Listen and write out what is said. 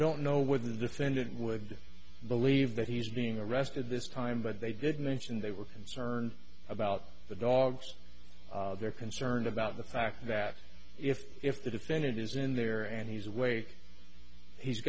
don't know wouldn't defendant would believe that he's being arrested this time but they did mention they were concerned about the dogs they're concerned about the fact that if if the defendant is in there and he's awake he's